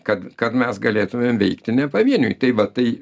kad kad mes galėtumėm veikti ne pavieniui tai va tai